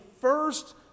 first